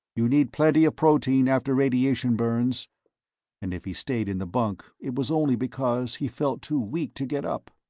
you need plenty of protein after radiation burns and if he stayed in the bunk, it was only because he felt too weak to get up.